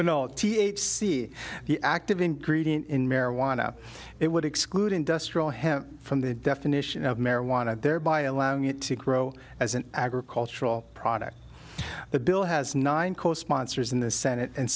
the active ingredient in marijuana it would exclude industrial hemp from the definition of marijuana thereby allowing it to grow as an agricultural product the bill has nine co sponsors in the senate and